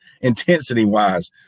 intensity-wise